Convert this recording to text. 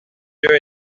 yeux